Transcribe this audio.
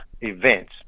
events